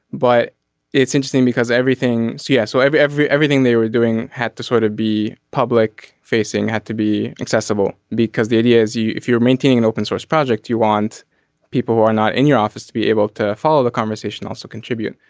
but it's interesting because everything. so yeah so have every everything they were doing had to sort of be public facing had to be accessible because the idea is if you're maintaining an open source project you want people who are not in your office to be able to follow the conversation also contribute.